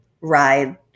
ride